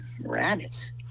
rabbits